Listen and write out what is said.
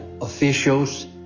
officials